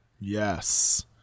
Yes